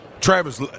Travis